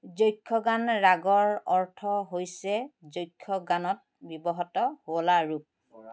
যক্ষগান ৰাগৰ অৰ্থ হৈছে যক্ষগানত ব্যৱহৃত শুৱলা ৰূপ